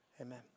amen